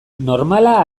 normala